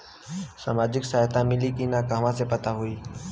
सामाजिक सहायता मिली कि ना कहवा से पता होयी?